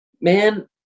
Man